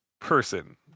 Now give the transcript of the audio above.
person